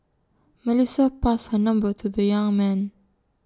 Melissa passed her number to the young man